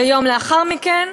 ויום לאחר מכן,